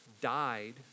died